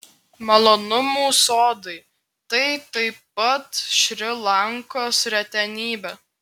malonumų sodai tai taip pat šri lankos retenybė